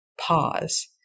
pause